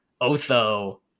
Otho